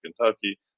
Kentucky